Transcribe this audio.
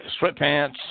sweatpants